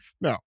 No